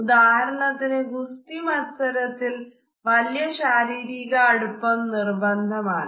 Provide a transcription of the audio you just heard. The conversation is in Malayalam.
ഉദാഹരണത്തിന് ഗുസ്തി മത്സരത്തിൽ വല്യ ശാരീരിക അടുപ്പം നിർബന്ധമാണ്